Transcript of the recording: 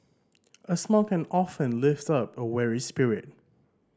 a smile can often lift up a weary spirit